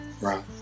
right